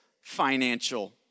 financial